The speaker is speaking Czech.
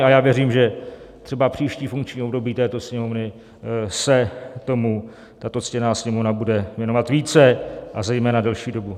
A já věřím, že třeba příští funkční období této Sněmovny se tomu tato ctěná Sněmovna bude věnovat více a zejména delší dobu.